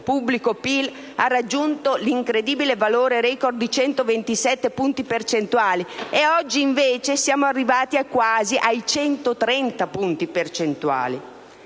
pubblico-PIL ha raggiunto l'incredibile valore *record* di 127 punti percentuali e oggi, invece, siamo arrivati quasi ai 130 punti percentuali.